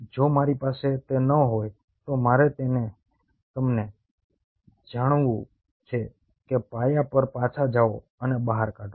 જો મારી પાસે તે ન હોય તો મારે તમને જાણવું છે કે પાયા પર પાછા જાઓ અને બહાર કાઢો